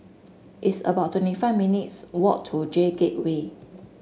it's about twenty five minutes' walk to J Gateway